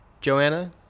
Joanna